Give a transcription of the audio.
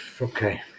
Okay